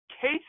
Case